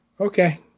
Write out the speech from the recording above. Okay